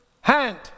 hand